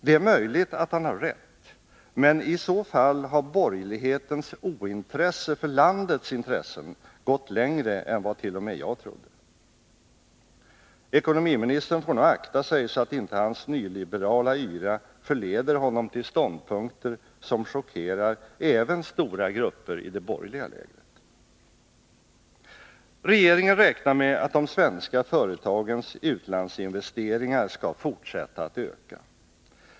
Det är möjligt att han har rätt, men i så fall har borgerlighetens ointresse för landets intressen gått längre än vad t.o.m. jag trodde. Ekonomiministern får nog akta sig så att inte hans nyliberala yra förleder honom till ståndpunkter som chockerar även stora grupper i det borgerliga lägret. Regeringen räknar med att de svenska företagens utlandsinvesteringar skall fortsätta att öka.